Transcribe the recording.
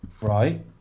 Right